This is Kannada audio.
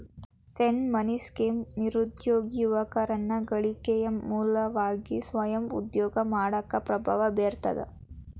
ಸೇಡ್ ಮನಿ ಸ್ಕೇಮ್ ನಿರುದ್ಯೋಗಿ ಯುವಕರನ್ನ ಗಳಿಕೆಯ ಮೂಲವಾಗಿ ಸ್ವಯಂ ಉದ್ಯೋಗ ಮಾಡಾಕ ಪ್ರಭಾವ ಬೇರ್ತದ